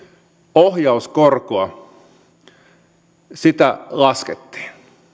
ohjauskorkoa laskettiin